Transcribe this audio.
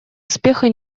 успеха